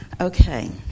Okay